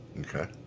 okay